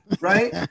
Right